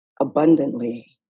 abundantly